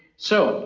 so